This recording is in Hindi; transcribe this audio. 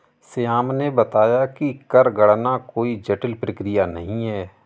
श्याम ने बताया कि कर गणना कोई जटिल प्रक्रिया नहीं है